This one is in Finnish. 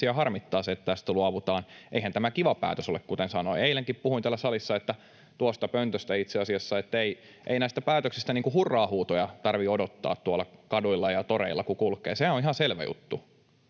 harmittaa se, että tästä luovutaan. Eihän tämä kiva päätös ole, kuten sanoin. Eilenkin puhuin täällä salissa, tuosta pöntöstä itse asiassa, että ei näistä päätöksistä hurraa-huutoja tarvitse odottaa tuolla kaduilla ja toreilla kun kulkee. Se on ihan selvä juttu,